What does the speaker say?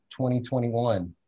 2021